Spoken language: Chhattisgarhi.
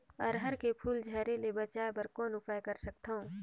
अरहर के फूल झरे ले बचाय बर कौन उपाय कर सकथव?